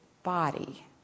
body